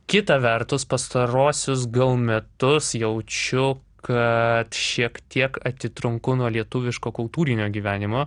kita vertus pastaruosius gal metus jaučiu kad šiek tiek atitrunku nuo lietuviško kultūrinio gyvenimo